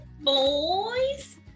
boys